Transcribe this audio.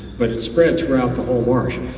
but it spread throughout the whole marsh.